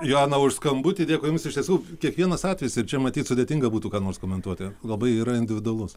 joaną už skambutį dėkui jums iš tiesų kiekvienas atvejis ir čia matyt sudėtinga būtų ką nors komentuoti labai yra individualus